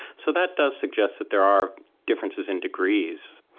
so that does suggest that there are differences in degrees.